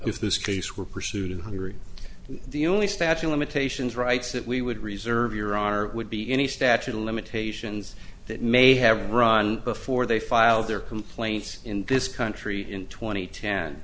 if this case were pursued in hungary the only statue limitations rights that we would reserve your honor it would be any statute of limitations that may have run before they filed their complaints in this country in tw